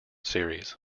series